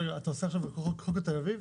רגע אתה עושה עכשיו חוק לתל אביב?